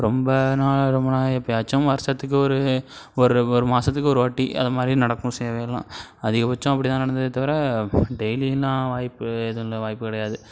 ரொம்ப நாள் ரொம்ப நாள் எப்பையாச்சும் வருஷத்துக்கு ஒரு ஒரு ஒரு மாதத்துக்கு ஒரு வாட்டி அதை மாதிரி நடக்கும் சேவையெல்லாம் அதிகப்பட்சம் அப்படி தான் நடந்ததே தவிர டெய்லியுலாம் வாய்ப்பு எதுவும் இல்லை வாய்ப்பு கிடையாது